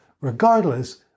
regardless